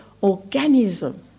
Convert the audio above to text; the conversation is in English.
organism